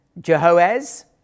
Jehoaz